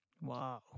Wow